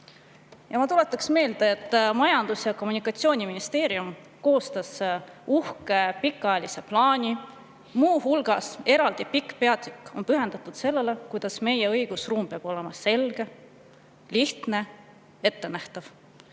Ma tuletan meelde, et Majandus‑ ja Kommunikatsiooniministeerium koostas uhke pikaajalise plaani, milles on eraldi pikk peatükk pühendatud sellele, et meie õigusruum peab olema selge, lihtne, ettenähtav